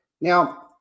Now